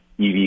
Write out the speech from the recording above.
EV